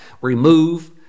Remove